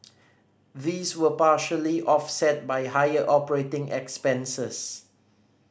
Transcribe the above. these were partially offset by higher operating expenses